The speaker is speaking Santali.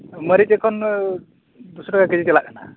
ᱢᱟᱨᱤᱪ ᱮᱠᱷᱚᱱ ᱫᱚ ᱫᱩᱥᱚ ᱴᱟᱠᱟ ᱠᱮᱡᱤ ᱪᱟᱞᱟᱜ ᱠᱟᱱᱟ